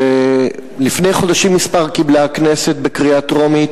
לפני חודשים מספר קיבלה הכנסת בקריאה טרומית